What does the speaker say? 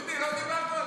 דודי, לא דיברנו על זה.